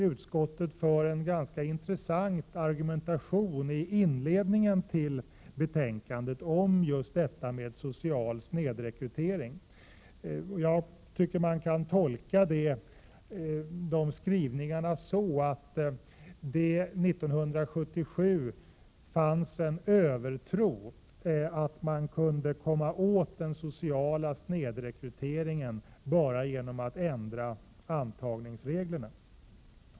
Utskottet för en ganska intressant argumentation i inledningen till betänkandet om detta med social snedrekrytering. Man kan tolka utskottets skrivningar så att det 1977 fanns en övertro på att man kunde komma åt den sociala snedrekryteringen genom att ändra antagningsreglerna.